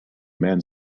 man